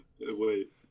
wait